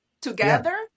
together